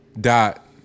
Dot